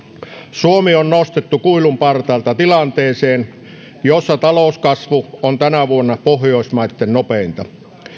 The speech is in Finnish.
suomi on nostettu kuilun partaalta tilanteeseen jossa talouskasvu on tänä vuonna pohjoismaitten nopeinta